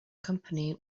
company